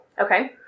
Okay